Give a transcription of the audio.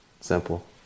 Simple